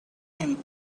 him